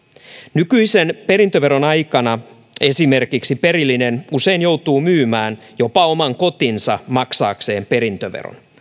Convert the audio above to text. nykyisen perintöveron aikana esimerkiksi perillinen usein joutuu myymään jopa oman kotinsa maksaakseen perintöveron